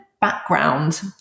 background